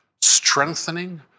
strengthening